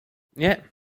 nie